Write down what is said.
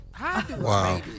Wow